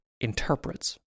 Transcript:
interprets